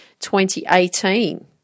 2018